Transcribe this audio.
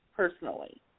Personally